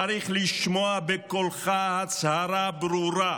צריך לשמוע בקולך הצהרה ברורה,